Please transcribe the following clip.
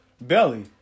Belly